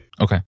Okay